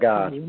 God